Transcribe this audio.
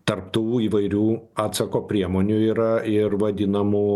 tarp tų įvairių atsako priemonių yra ir vadinamų